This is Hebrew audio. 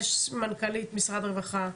יש מנכ"לית משרד רווחה,